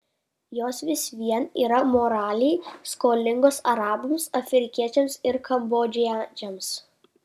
jos vis vien yra moraliai skolingos arabams afrikiečiams ar kambodžiečiams